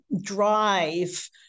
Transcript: drive